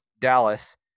Dallas